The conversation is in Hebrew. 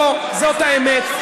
אז בוא, זאת האמת.